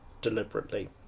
deliberately